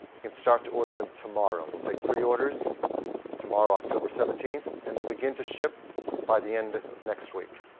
you can start to order them tomorrow. we'll take preorders tomorrow, october seventeenth, and they'll begin to ship by the end of next week.